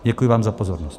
Děkuji vám za pozornost.